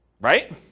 right